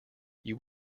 you